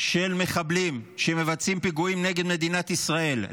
של מחבלים שמבצעים פיגועים נגד מדינת ישראל.